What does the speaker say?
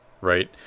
right